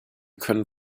können